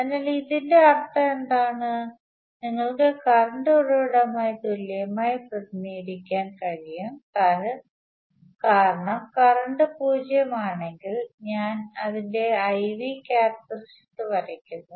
അതിനാൽ ഇതിന്റെ അർത്ഥമെന്താണ് നിങ്ങൾക്ക് കറണ്ട് ഉറവിടവുമായി തുല്യമായി പ്രതിനിധീകരിക്കാൻ കഴിയും കാരണം കറന്റ് പൂജ്യമാണെങ്കിൽ ഞാൻ അതിന്റെ I V ക്യാരക്ടറിസ്റ്റിക്സ് വരയ്ക്കുന്നു